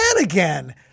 again